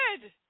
good